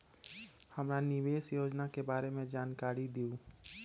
हमरा निवेस योजना के बारे में जानकारी दीउ?